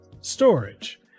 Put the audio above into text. storage